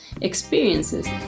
experiences